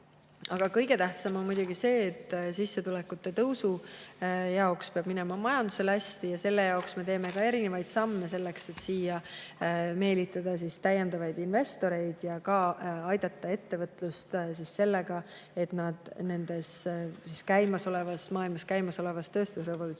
Aga kõige tähtsam on muidugi see, et sissetulekute tõusu jaoks peab minema majandusel hästi. Selle jaoks me teeme erinevaid samme, et siia meelitada täiendavaid investoreid ja aidata ettevõtlust sellega, et nad maailmas käimasolevas tööstusrevolutsioonis